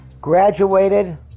graduated